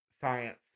science